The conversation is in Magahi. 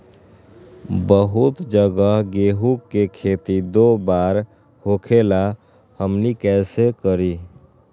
बहुत जगह गेंहू के खेती दो बार होखेला हमनी कैसे करी?